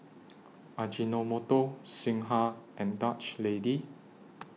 Ajinomoto Singha and Dutch Lady